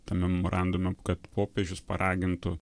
tam memorandume kad popiežius paragintų